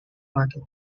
market